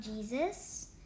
Jesus